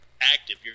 active